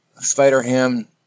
Spider-Ham